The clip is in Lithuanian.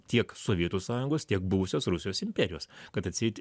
tiek sovietų sąjungos tiek buvusios rusijos imperijos kad atseit